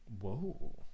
Whoa